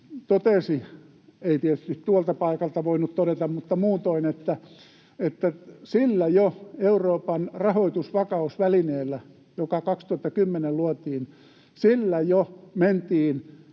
totesi — ei tietysti tuolta paikalta voinut todeta, mutta muutoin — että jo sillä Euroopan rahoitusvakausvälineellä, joka 2010 luotiin, mentiin